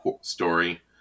story